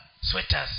sweaters